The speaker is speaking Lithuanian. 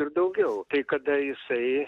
ir daugiau tai kada jisai